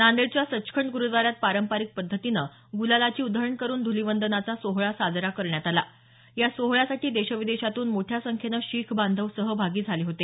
नांदेडच्या सचखंड गुरूद्वाऱ्यात पारंपारिक पद्धतीनं गुलालाची उधळण करून धूलिवंदनाचा सोहळा साजरा करण्यात आला या सोहळ्यासाठी देशविदेशात मोठ्या संख्येनं शीख बांधव सहभागी झाले होते